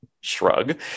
shrug